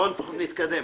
בואו לפחות נתקדם.